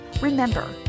Remember